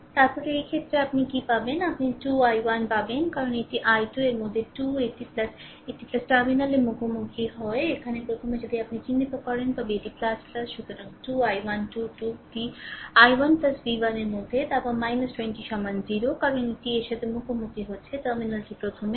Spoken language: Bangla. তারপরে এই ক্ষেত্রে আপনি কী পাবেন আপনি 2 I1 পাবেন কারণ এটি I2 এর মধ্যে 2 এটি এটি টার্মিনালের মুখোমুখি হয় এখানে প্রথমে যদি আপনি চিহ্নিত করেন তবে এটি সুতরাং 2 I1 2 2 টি I1 v1 এর মধ্যে তারপরে 20 সমান 0 কারণ এটি এর সাথে মুখোমুখি হচ্ছে টার্মিনালটি প্রথমে